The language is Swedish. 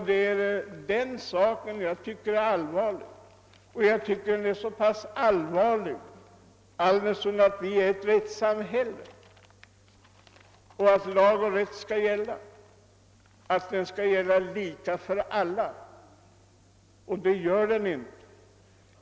Det är den saken jag tycker är så allvarlig, alldenstund vi har ett rättssamhälle, där lag och rätt skall gälla lika för alla. Men det gör de inte.